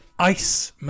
Ice